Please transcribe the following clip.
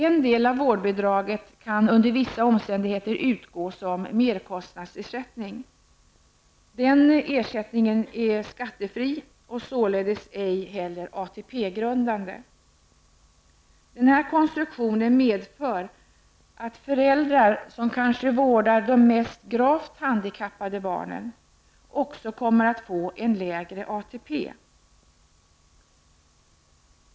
En del av vårdbidraget kan under vissa omständigheter utgå som merkostnadsersättning. Den ersättningen är skattefri och således ej heller ATP-grundande. Den här konstruktionen medför att föräldrar som kanske vårdar de mest gravt handikappade barnen också kommer att få en lägre ATP.